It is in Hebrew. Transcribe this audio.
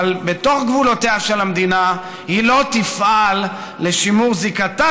אבל בתוך גבולותיה של המדינה היא לא תפעל לשימור זיקתה